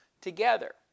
together